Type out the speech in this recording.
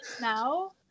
now